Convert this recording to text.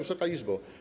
Wysoka Izbo!